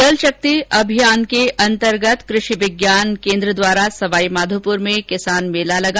जलशक्ति अभियान के अंतर्गत कृषि विज्ञान केन्द्र द्वारा सवाईमाधोपुर में किसान मेला लगा